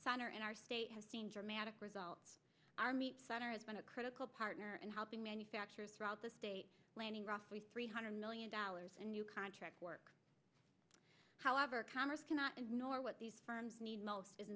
center and our state has seen dramatic results our meat center has been a critical partner and helping manufacturers throughout the state landing roughly three hundred million dollars in new contract work however congress cannot ignore what these firms need most is